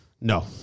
No